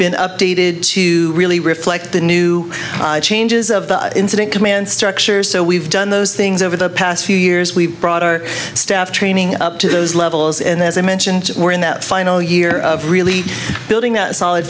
been updated to really reflect the new changes of the incident command structure so we've done those things over the past few years we've brought our staff training up to those levels and as i mentioned we're in that final year of really building that solid